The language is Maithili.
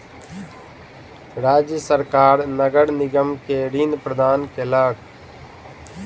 राज्य सरकार नगर निगम के ऋण प्रदान केलक